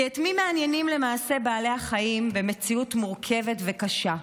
כי את מי מעניינים למעשה בעלי החיים במציאות מורכבת וקשה?